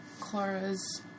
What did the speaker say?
Clara's